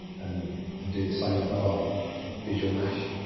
and and do the same with our visualmash